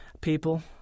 people